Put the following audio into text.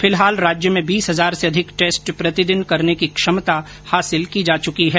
फिलहाल राज्य में बीस हजार से अधिक टेस्ट प्रतिदिन करने की क्षमता हांसिल की जा चुकी है